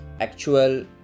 actual